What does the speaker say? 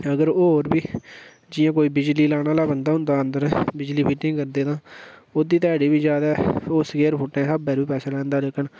अगर होर बी जे कोई बिजली लाना आह्ला बंदा होंदा अंदर बिजली फिटिंग करदे तां ओह्दी ध्याड़ी बी जादै ओह् स्केयर फुट्ट दे स्हाबै पैसे लैंदा पर